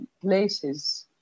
places